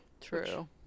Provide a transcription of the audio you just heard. True